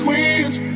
queens